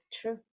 true